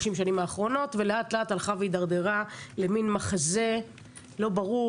השנים האחרונות ולאט לאט הלך והתדרדר למן מחזה לא ברור.